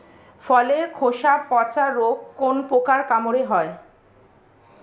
ফলের খোসা পচা রোগ কোন পোকার কামড়ে হয়?